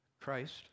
Christ